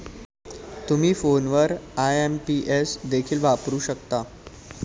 तुम्ही फोनवर आई.एम.पी.एस देखील वापरू शकता